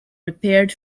repaired